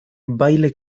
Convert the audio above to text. baile